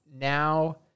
now